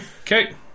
Okay